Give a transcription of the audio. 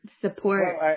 support